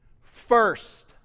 first